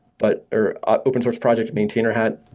but or open source project maintainer hat,